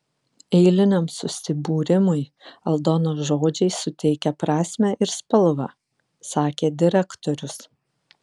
eiliniam susibūrimui aldonos žodžiai suteikia prasmę ir spalvą sakė direktorius